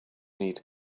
need